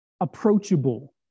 approachable